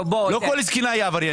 לא כל זקנה היא עבריינית.